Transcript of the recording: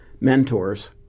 mentors